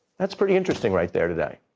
that's pretty interesting right there today.